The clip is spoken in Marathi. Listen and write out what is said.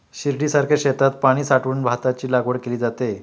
शिर्डीसारख्या शेतात पाणी साठवून भाताची लागवड केली जाते